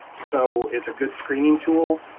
so it's a good screening tool,